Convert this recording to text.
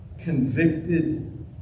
convicted